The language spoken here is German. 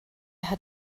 hat